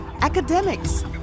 academics